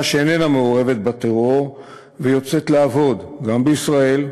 שאיננה מעורבת בטרור ויוצאת לעבוד גם בישראל,